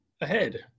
ahead